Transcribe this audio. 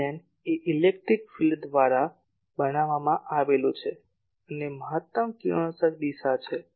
ઇ plane એ electric field દ્વારા બનાવવામાં આવેલું છે અને મહત્તમ કિરણોત્સર્ગની દિશા છે